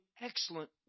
excellent